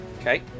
Okay